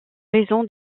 raison